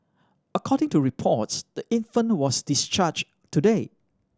according to reports the infant was discharged today